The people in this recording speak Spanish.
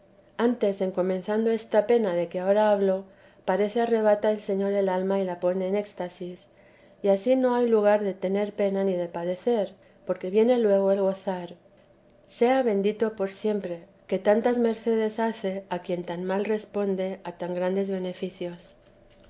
antes en comenzando esta pena de que ahora hablo parece arrebata el señor el alma y la pone en éxtasi y ansí no hay lugar de tener pena ni de padecer porque viene luego el gozar sea bendito por siempre que tantas mercedes hace a quien tan mal responde a tan grandes beneficios